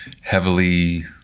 heavily